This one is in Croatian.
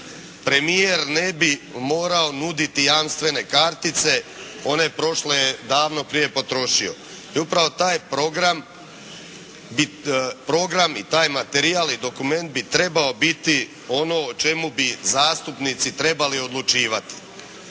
premijer ne bi morao nuditi jamstvene kartice, one prošle je davno prije potrošio. I upravo taj program i taj materijal i dokument bi trebao biti ono o čemu bi zastupnici trebali odlučivati.